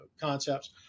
concepts